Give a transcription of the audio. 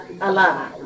alive